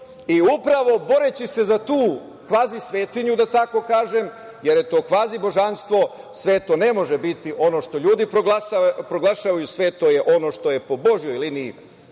i upravo, boreći se za tu kvazi svetinju, da tako kažem, jer je to kvazi božanstvo. Sveto ne može biti ono što ljudi proglašavaju, sveto je ono što je po božjoj liniji